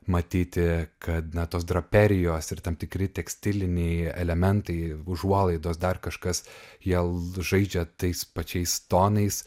matyti kad na tos draperijos ir tam tikri tekstiliniai elementai užuolaidos dar kažkas jie žaidžia tais pačiais tonais